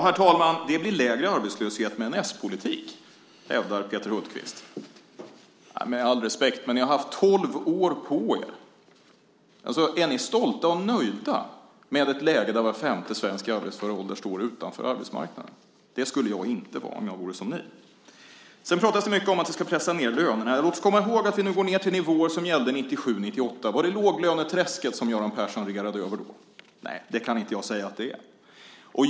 Herr talman! Det blir lägre arbetslöshet med en s-politik, hävdar Peter Hultqvist. Med all respekt har ni haft tolv år på er. Är ni stolta och nöjda med ett läge där var femte svensk i arbetsför ålder står utanför arbetsmarknaden? Det skulle jag inte vara om jag vore som ni. Det talas mycket om att vi ska pressa ned lönerna. Låt oss komma ihåg att vi nu går ned till nivåer som gällde 1997 och 1998. Var det låglöneträsket som Göran Persson då regerade över? Nej, det kan jag inte säga att det är.